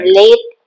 late